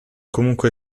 comunque